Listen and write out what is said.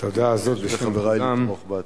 תודה רבה לך.